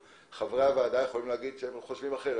חברי הוועדה יכולים להגיד שהם חושבים אחרת,